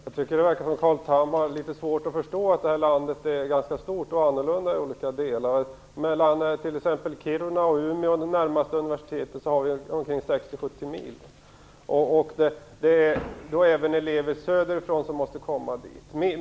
Fru talman! Jag tycker att det verkar som att Carl Tham har litet svårt att förstå att detta land är ganska stort och annorlunda i olika delar. Mellan t.ex. Kiruna och Umeå, som är det närmaste universitetet, har vi ca 60, 70 mil. Det finns även elever söderifrån som måste komma dit.